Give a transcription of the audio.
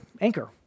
anchor